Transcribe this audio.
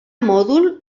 mòdul